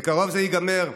בקרוב זה ייגמר,